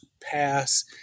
pass